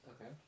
Okay